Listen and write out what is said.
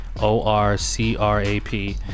O-R-C-R-A-P